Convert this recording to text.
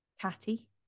catty